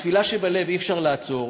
תפילה שבלב אי-אפשר לעצור.